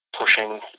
pushing